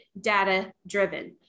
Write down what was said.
data-driven